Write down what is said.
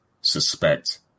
suspect